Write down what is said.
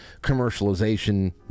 commercialization